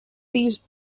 these